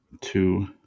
two